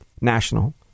National